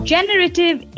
Generative